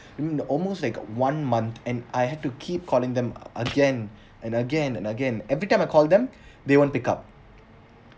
I mean it almost like one month and I had to keep calling them again and again and again every time I call them they won't pick up